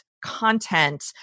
content